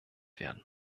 werden